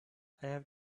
have